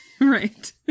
right